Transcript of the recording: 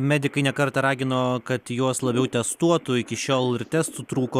medikai ne kartą ragino kad juos labiau testuotų iki šiol ir testų trūko